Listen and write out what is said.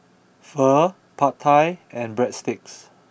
Pho Pad Thai and Breadsticks